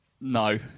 No